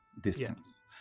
distance